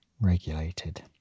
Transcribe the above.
regulated